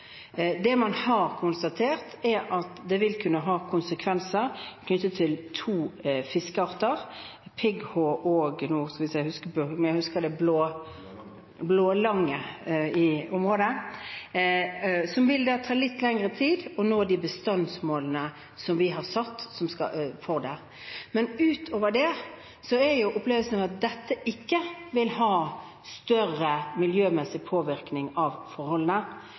Det man har konstatert, er at det vil kunne ha konsekvenser for to fiskearter i området, pigghå og blålange, der det vil ta litt lengre tid å nå de bestandsmålene som vi har satt for dem. Men utover det er jo opplevelsen at dette ikke vil gi større miljømessig påvirkning på forholdene.